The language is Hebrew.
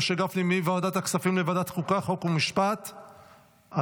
מוועדת הכספים לוועדת החוקה, חוק ומשפט נתקבלה.